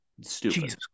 Stupid